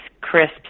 crisps